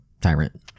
tyrant